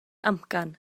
amcan